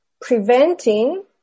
preventing